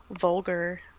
vulgar